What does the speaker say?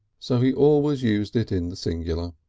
so he always used it in the singular.